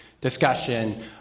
discussion